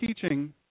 teaching